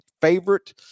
Favorite